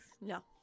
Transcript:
No